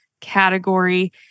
category